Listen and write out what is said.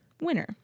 winner